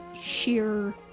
sheer